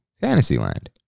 Fantasyland